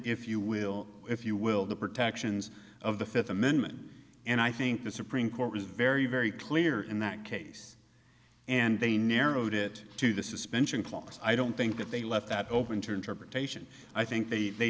if you will if you will the protections of the fifth amendment and i think the supreme court was very very clear in that case and they narrowed it to the suspension clocks i don't think that they left that open to interpretation i think they they